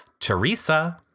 Teresa